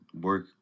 work